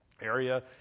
area